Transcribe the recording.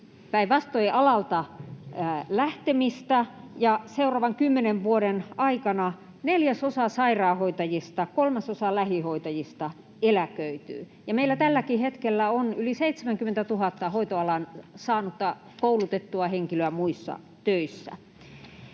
päinvastoin alalta lähtemistä. Seuraavan kymmenen vuoden aikana neljäsosa sairaanhoitajista, kolmasosa lähihoitajista eläköityy, ja meillä tälläkin hetkellä on yli 70 000 hoitoalan koulutuksen saanutta henkilöä muissa töissä.